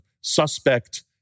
suspect